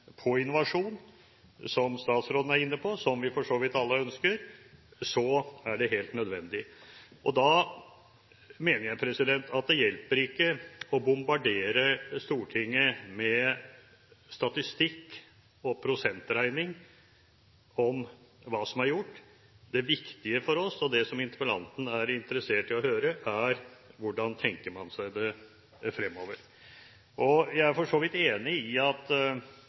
på innovasjon, som statsråden er inne på, og som vi for så vidt alle ønsker, er det helt nødvendig. Da mener jeg det ikke hjelper å bombardere Stortinget med statistikk og prosentregning om hva som er gjort. Det viktige for oss, og det som interpellanten er interessert i å høre, er hvordan man tenker seg dette fremover. Jeg er for så vidt enig i at